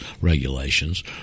regulations